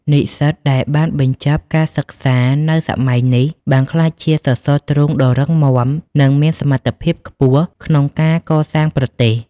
និស្សិតដែលបានបញ្ចប់ការសិក្សានៅសម័យនេះ បានក្លាយជាសសរទ្រូងដ៏រឹងមាំ និងមានសមត្ថភាពខ្ពស់ក្នុងការកសាងប្រទេស។